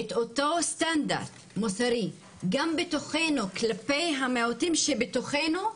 אותו סטנדרט מוסרי גם בתוכנו כלפי המיעוטים שבתוכנו,